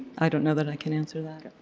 i don't know that i can answer that.